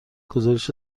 گزارش